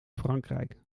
frankrijk